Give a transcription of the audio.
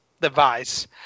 device